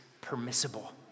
permissible